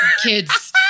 Kids